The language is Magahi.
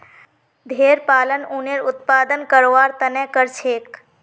भेड़ पालन उनेर उत्पादन करवार तने करछेक